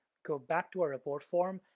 go back to our report form,